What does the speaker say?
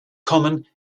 common